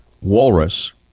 walrus